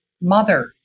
mother